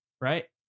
Right